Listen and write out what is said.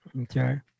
Okay